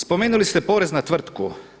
Spomenuli ste porez na tvrtku.